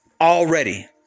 already